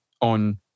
on